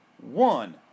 One